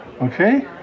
Okay